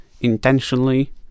intentionally